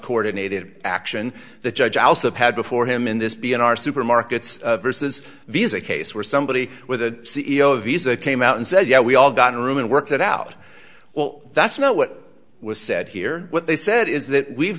coordinated action the judge also had before him in this be in our supermarkets vs visa case where somebody with a c e o visa came out and said yeah we all got a room and worked it out well that's not what was said here what they said is that we've